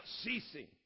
ceasing